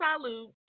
salute